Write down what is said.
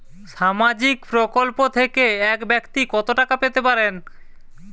সামাজিক প্রকল্প থেকে এক ব্যাক্তি কত টাকা পেতে পারেন?